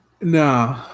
No